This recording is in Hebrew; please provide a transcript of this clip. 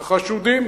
החשודים,